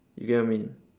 you get what I mean